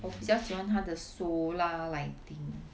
我比较喜欢他的 solar lighting